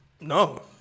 No